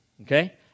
Okay